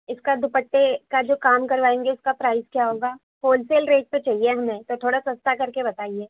اس کا دوپٹے کا جو کام کروائیں گے اس کا پرائز کیا ہوگا ہول سیل ریٹ میں چاہیے ہمیں تو تھوڑا سستا کرکے بتائیے